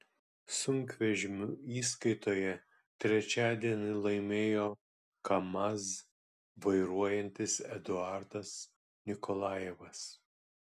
sunkvežimių įskaitoje trečiadienį laimėjo kamaz vairuojantis eduardas nikolajevas